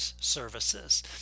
services